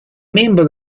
membro